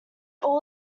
all